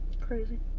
crazy